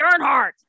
Earnhardt